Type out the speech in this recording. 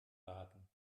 baden